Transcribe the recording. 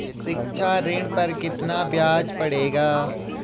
शिक्षा ऋण पर कितना ब्याज पड़ेगा?